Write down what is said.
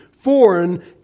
foreign